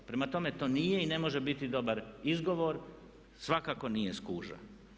Prema tome, to nije i ne može biti dobar izgovor, svakako nije skuža.